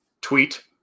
tweet